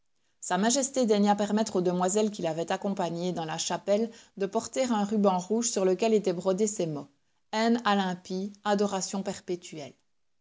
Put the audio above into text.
sa majesté daigna permettre aux demoiselles qui l'avaient accompagnée dans la chapelle de porter un ruban rouge sur lequel étaient brodés ces mots haine a l'impie adoration perpetuelle